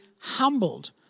humbled